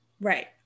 Right